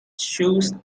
shoes